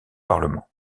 parlement